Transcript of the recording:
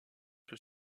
peut